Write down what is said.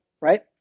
right